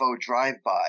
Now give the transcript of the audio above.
drive-by